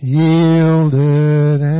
yielded